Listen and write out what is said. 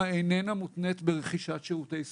איננה מותנית ברכישת שירותי סיעוד.